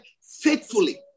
faithfully